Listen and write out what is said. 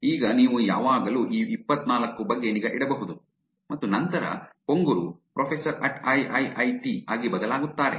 ಈಗ ನೀವು ಯಾವಾಗಲೂ ಈ ಇಪ್ಪತ್ತನಾಲ್ಕು ಬಗ್ಗೆ ನಿಗಾ ಇಡಬಹುದು ಮತ್ತು ನಂತರ ಪೊಂಗುರು ಪ್ರೊಫೆಸರ್ ಅಟ್ ಐಐಐಟಿ ಆಗಿ ಬದಲಾಗುತ್ತಾರೆ